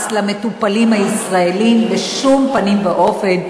למטופלים הישראלים בשום פנים ואופן,